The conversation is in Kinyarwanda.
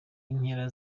nkera